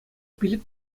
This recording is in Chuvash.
пилӗк